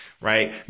right